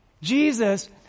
Jesus